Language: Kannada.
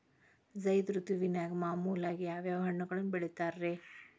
ಝೈದ್ ಋತುವಿನಾಗ ಮಾಮೂಲಾಗಿ ಯಾವ್ಯಾವ ಹಣ್ಣುಗಳನ್ನ ಬೆಳಿತಾರ ರೇ?